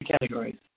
categories